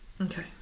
Okay